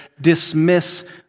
dismiss